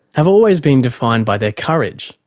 have always been defined by their courage,